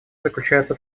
заключается